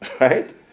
Right